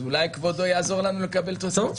אז אולי כבודו יעזור לנו לקבל תוספת